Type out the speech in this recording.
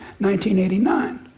1989